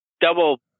double